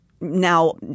now